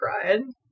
crying